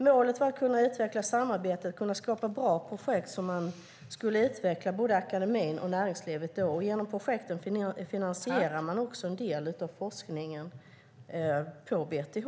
Målet är att utveckla samarbetet och skapa bra projekt som utvecklar både akademin och näringslivet. Genom projekten finansierar man också en del av forskningen på BTH.